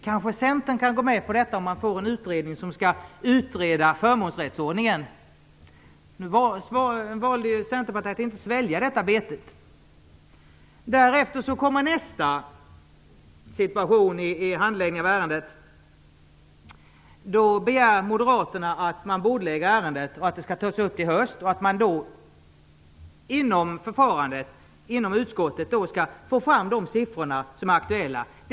Kanske Centern kan gå med på förslaget om man får en statlig utredning som skall utreda förmånsrättsordningen. Nu valde Centerpartiet att inte svälja det betet. Därefter kommer nästa situation i handläggningen av ärendet. Moderaterna begär att ärendet skall bordläggas och att det skall tas upp i höst. Utskottet skall genom det förfarandet få fram siffror som är aktuella.